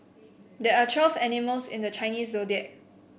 there are twelve animals in the Chinese Zodiac